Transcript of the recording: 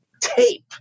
tape